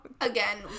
Again